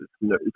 no